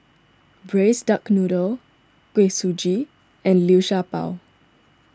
Braised Duck Noodle Kuih Suji and Liu Sha Bao